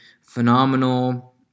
phenomenal